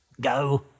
Go